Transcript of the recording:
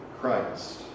Christ